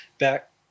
back